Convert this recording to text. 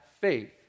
faith